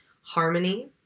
harmony